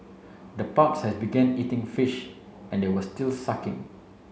the pups have began eating fish and they were still sucking